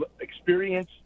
experience